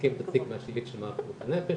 כמחזקים את הסטיגמה השלילית של מערך בריאות הנפש.